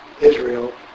Israel